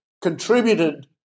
contributed